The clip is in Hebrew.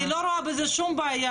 אני לא רואה בזה שום בעיה,